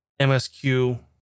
MSQ